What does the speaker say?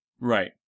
Right